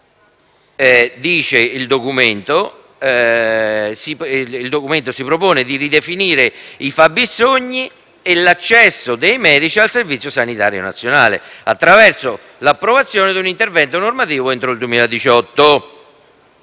personale. Esso propone di ridefinire i fabbisogni e l'accesso dei medici al Servizio sanitario nazionale attraverso l'approvazione di un intervento normativo entro il 2018